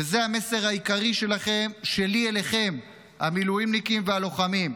וזה המסר העיקרי שלי אליכם המילואימניקים והלוחמים: